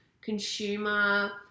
consumer